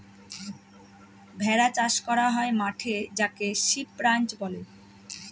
ভেড়া চাষ করা হয় মাঠে যাকে সিপ রাঞ্চ বলে